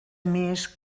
més